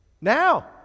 Now